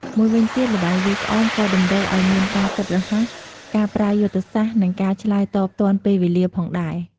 មួយវិញទៀត ល្បែងវាយក្អមក៏តម្រូវឲ្យមានការគិតរហ័ស ការប្រើយុទ្ធសាស្ត្រ និងការឆ្លើយតបទាន់ពេលវេលាផងដែរ។